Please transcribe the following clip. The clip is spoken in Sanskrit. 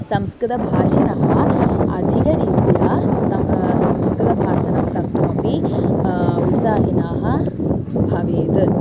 संस्कृतभाषिनः अधिकरीत्या संस्कृतभाषणं कर्तुमपि उत्साहिनाः भवेत्